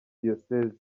diyosezi